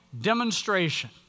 demonstration